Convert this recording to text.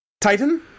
Titan